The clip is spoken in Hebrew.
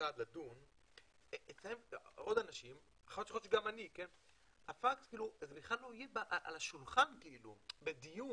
משרד לדון ואצלם הפקס לא יהיה על השולחן לדיון.